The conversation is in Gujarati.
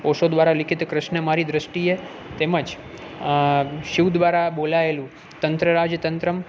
ઓશો દ્વારા લિખિત ક્રિશ્ન મારી દ્રષ્ટિએ તેમ જ શિવ દ્વારા બોલાએલું તંત્ર રાજ તંત્રમ